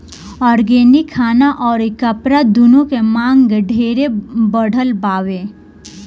organic खाना अउरी कपड़ा दूनो के मांग ढेरे बढ़ल बावे